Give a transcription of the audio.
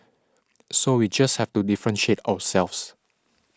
so we just have to differentiate ourselves